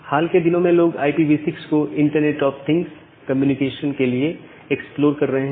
हाल के दिनों में लोग IPv6 को इंटरनेट ऑफ थिंग्स कम्युनिकेशन के लिए एक्सप्लोर कर रहे हैं